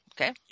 Okay